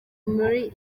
muri